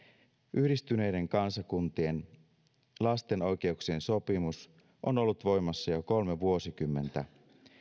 yhdistyneiden kansakuntien lasten oikeuksien sopimus on ollut voimassa jo kolme vuosikymmentä